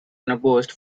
unopposed